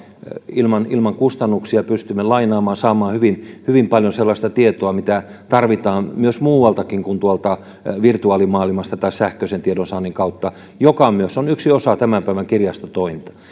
ilman ilman kustannuksia pystymme lainaamaan ja saamaan hyvin hyvin paljon sellaista tietoa mitä tarvitaan muualtakin kuin tuolta virtuaalimaailmasta tai sähköisen tiedonsaannin kautta joka myös on yksi osa tämän päivän kirjastotointa